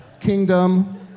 kingdom